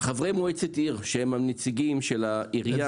חברי מועצת עיר שהם הנציגים של העירייה,